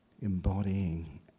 embodying